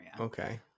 Okay